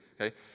okay